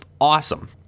awesome